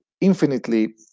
infinitely